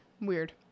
weird